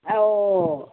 औ